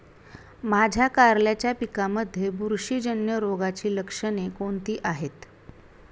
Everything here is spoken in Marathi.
माझ्या कारल्याच्या पिकामध्ये बुरशीजन्य रोगाची लक्षणे कोणती आहेत?